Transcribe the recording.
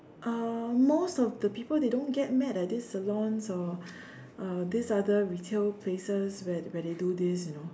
uh most of the people they don't get mad at these salons or uh these other retail places where where they do this you know